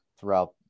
throughout